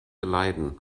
leiden